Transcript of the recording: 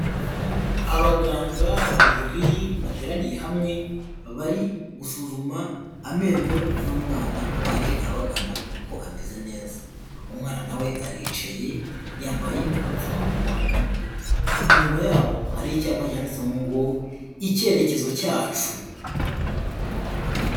Abaganga babiri bateraniye hamwe bari gusuzuma amenyo y'umwana waje abagana ko ameze neza umwana nawe we aricaye yambaye agapfukamunwa k'umutuku inyuma yabo hari icyapa cyanditseho ngo icyerekezo cyacu.